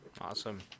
awesome